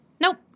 nope